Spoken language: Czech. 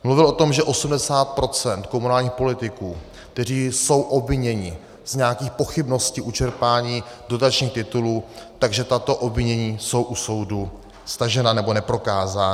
Mluvil o tom, že 80 procent komunálních politiků, kteří jsou obviněni z nějakých pochybností u čerpání dotačních titulů, že tato obvinění jsou u soudu stažena nebo neprokázána.